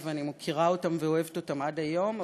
ואני מכירה אותם ואוהבת אותם עד היום,